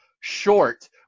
short